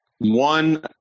One